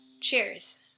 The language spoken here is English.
Cheers